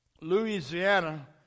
Louisiana